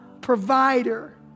provider